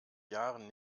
jahren